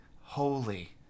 holy